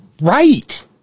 Right